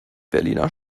berliner